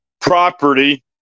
property